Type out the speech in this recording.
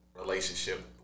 relationship